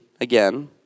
again